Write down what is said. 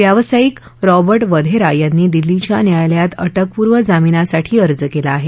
व्यावसायिक रॉबर्ट वघेरा यांनी दिल्लीच्या न्यायालयात अटकपूर्व जामीनासाठी अर्ज केला आहे